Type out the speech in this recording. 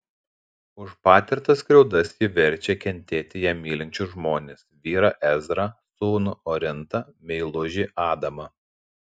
už patirtas skriaudas ji verčia kentėti ją mylinčius žmones vyrą ezrą sūnų orintą meilužį adamą